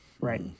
Right